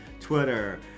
Twitter